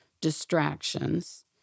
distractions